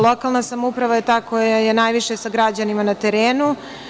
Lokalna samouprava je ta koja je najviše sa građanima na terenu.